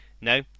No